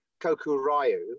kokurayu